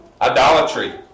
idolatry